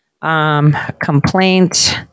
complaint